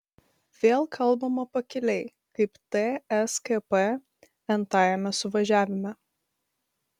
vėl kalbama pakiliai kaip tskp n tajame suvažiavime